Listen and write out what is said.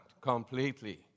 completely